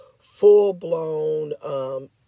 full-blown